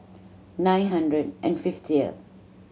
nine hundred and fiftieth